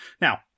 now